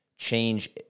change